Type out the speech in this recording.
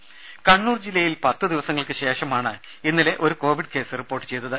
രുമ കണ്ണൂർ ജില്ലയിൽ പത്ത് ദിവസങ്ങൾക്ക് ശേഷമാണ് ഇന്നലെ ഒരു കോവിഡ് കേസ് റിപ്പോർട്ട് ചെയ്തത്